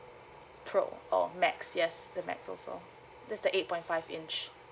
pro or max yes the max also that's the eight point five inch